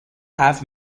have